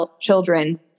children